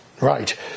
Right